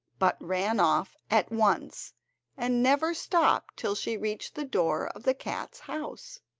but ran off at once and never stopped till she reached the door of the cats' house.